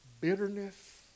bitterness